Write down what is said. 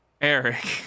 Eric